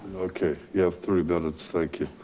okay, you have three minutes. thank you.